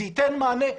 זה ייתן מענה,